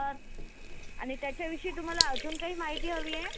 आणि त्याच्याविषयी तुम्हाला अजून काही माहिती हवी आहे